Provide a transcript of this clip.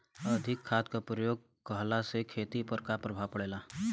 अधिक खाद क प्रयोग कहला से खेती पर का प्रभाव पड़ेला?